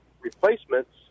replacements